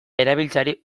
erabiltzeari